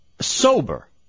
Sober